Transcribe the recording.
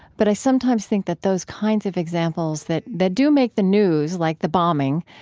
but i sometimes think that those kinds of examples that that do make the news, like the bombing,